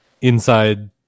inside